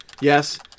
yes